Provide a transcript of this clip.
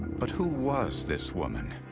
but who was this woman?